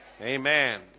amen